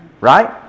right